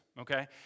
okay